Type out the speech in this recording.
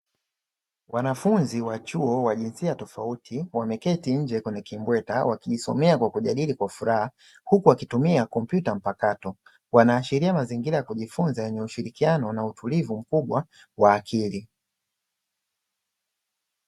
Wanafunzi wa chuo wa jinsia tofauti wameketi nje kwenye kimbweta wakijisomea kwa kujadili kwa furaha huku wakitumia kompyuta mpakato. Wanaashiria mazingira ya kujifunza yenye ushirikiano na utulivu mkubwa wa akili.